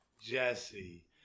Jesse